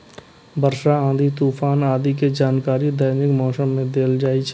वर्षा, आंधी, तूफान आदि के जानकारियो दैनिक मौसम मे देल जाइ छै